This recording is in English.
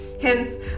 hence